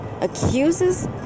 accuses